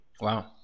Wow